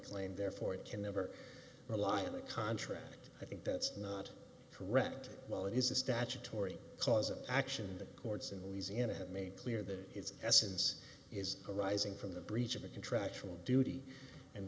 claim therefore it can never rely on the contract i think that's not correct while it is a statutory cause of action the courts in louisiana have made clear that its essence is arising from the breach of a contractual duty and